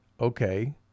okay